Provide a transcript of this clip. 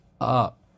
up